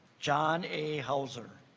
john a hauser